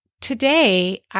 today